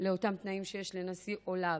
לאותם תנאים שיש לנשיא או לא,